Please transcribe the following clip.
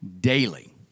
daily